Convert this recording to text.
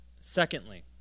Secondly